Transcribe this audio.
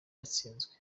yatsinzwe